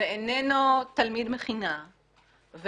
ואיננו תלמיד מכינה,